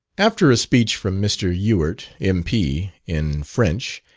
after a speech from mr. ewart, m p, in french,